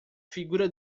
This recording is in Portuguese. figura